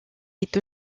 est